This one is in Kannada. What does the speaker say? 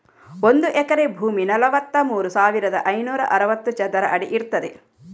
ಒಂದು ಎಕರೆ ಭೂಮಿ ನಲವತ್ತಮೂರು ಸಾವಿರದ ಐನೂರ ಅರವತ್ತು ಚದರ ಅಡಿ ಇರ್ತದೆ